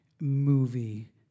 movie